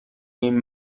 این